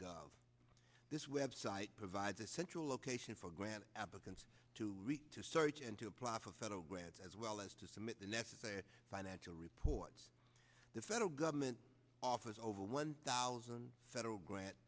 gov this website provides a central location for granting applicants to read to search and to apply for federal grants as well as to submit the necessary financial reports the federal government offers over one thousand federal grant